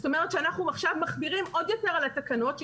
זאת אומרת שאנחנו עכשיו מחמירים עוד יותר על התקנות,